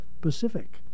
Pacific